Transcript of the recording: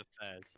affairs